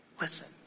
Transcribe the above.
listen